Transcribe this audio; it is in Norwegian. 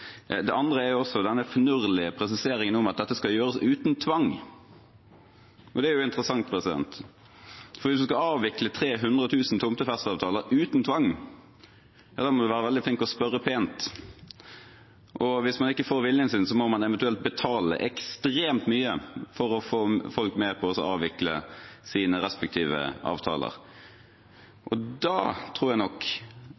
Det andre er denne finurlige presiseringen om at dette skal gjøres uten tvang. Det er jo interessant, for hvis man skal avvikle 300 000 tomtefesteavtaler uten tvang, må man være veldig flink til å spørre pent. Og hvis man ikke får viljen sin, må man eventuelt betale ekstremt mye for å få folk med på å avvikle sine respektive avtaler.